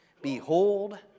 Behold